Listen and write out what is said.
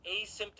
asymptomatic